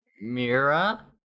mira